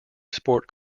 sport